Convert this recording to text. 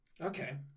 Okay